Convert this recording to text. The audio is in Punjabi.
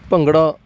ਭੰਗੜਾ